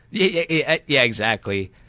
yeah yeah yeah, exactly.